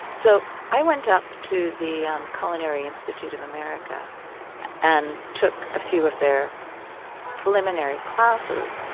so i went up to the culinary institute of america and took a few of their preliminary classes,